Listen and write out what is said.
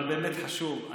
אבל באמת חשוב.